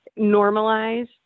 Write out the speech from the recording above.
normalize